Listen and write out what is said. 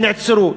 שנעצרו.